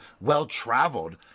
well-traveled